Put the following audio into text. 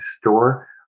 store